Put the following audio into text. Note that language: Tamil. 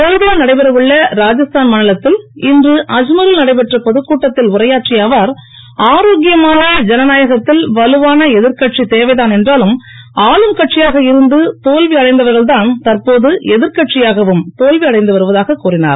தேர்தல் நடைபெற உள்ள ராஜஸ்தான் மாநிலத்தில் இன்று ஆத்மீரில் நடைபெற்ற பொதுக்கூட்டத்தில் ஆரோக்கியமான ஜனநாயகத்தில் வலுவான எதிர்க்கட்சி தேவைதான் என்றாலும் ஆளும் கட்சியாக இருந்து தோல்வி அடைந்தவர்கள்தான் இன்று எதிர்க்கட்சியாகவும் தோல்வி அடைந்து வருவதாகவும் கூறினார்